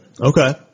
Okay